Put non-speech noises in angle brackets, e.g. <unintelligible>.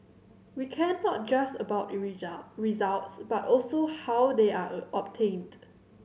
we care not just about <unintelligible> results but also how they are <unintelligible> obtained